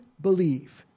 believe